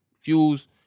Fuse